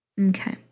Okay